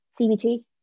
CBT